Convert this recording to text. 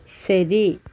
ശരി